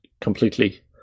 completely